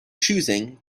choosing